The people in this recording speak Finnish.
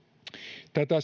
tätä